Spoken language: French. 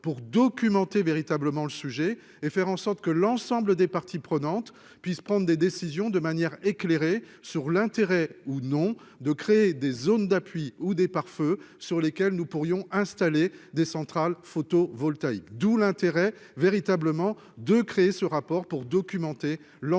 pour documenter véritablement le sujet et faire en sorte que l'ensemble des parties prenantes puisse prendre des décisions de manière éclairée sur l'intérêt ou non de créer des zones d'appui où des pare-feu sur lesquels nous pourrions installer des centrales photovoltaïques, d'où l'intérêt véritablement de créer ce rapport pour documenter l'ensemble